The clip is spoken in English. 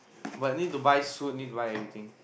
but need to buy suit need to buy everything